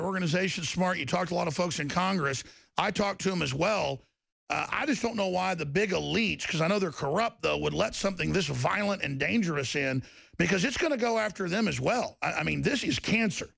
organization smart you talk a lot of folks in congress i talk to them as well i just don't know why the big a leech because i know they're corrupt the would let something this violent and dangerous stand because it's going to go after them as well i mean this is a cancer